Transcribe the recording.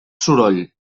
soroll